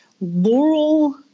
Laurel